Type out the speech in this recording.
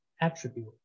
attribute